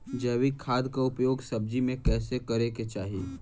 जैविक खाद क उपयोग सब्जी में कैसे करे के चाही?